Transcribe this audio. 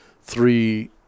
three